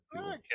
Okay